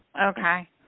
Okay